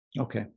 Okay